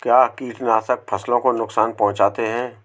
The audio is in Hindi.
क्या कीटनाशक फसलों को नुकसान पहुँचाते हैं?